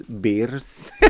beers